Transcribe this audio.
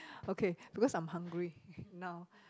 okay because I'm hungry now